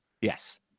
yes